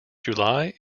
july